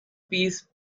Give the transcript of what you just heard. piece